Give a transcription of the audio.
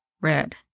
red